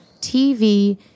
TV